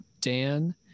Dan